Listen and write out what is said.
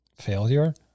failure